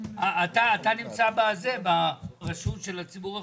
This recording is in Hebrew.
אתה נמצא ברשות של הציבור החרדי,